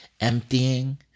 emptying